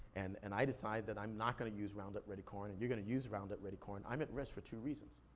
and and i decide that i'm not going to use ground up ready corn, and you're gonna use ground up ready corn, i'm at risk for two reasons.